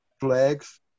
flags